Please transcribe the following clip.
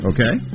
Okay